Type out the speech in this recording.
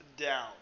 down